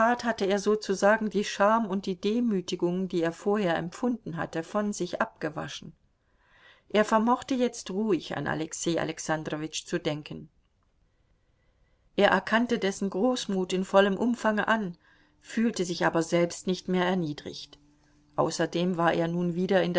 hatte er sozusagen die scham und die demütigung die er vorher empfunden hatte von sich abgewaschen er vermochte jetzt ruhig an alexei alexandrowitsch zu denken er erkannte dessen großmut in vollem umfange an fühlte sich aber selbst nicht mehr erniedrigt außerdem war er nun wieder